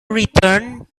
returned